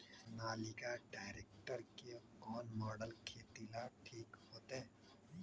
Sonalika tractor के कौन model खेती ला ठीक होतै?